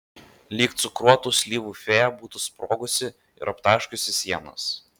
lyg cukruotų slyvų fėja būtų sprogusi ir aptaškiusi sienas